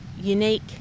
unique